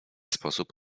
sposób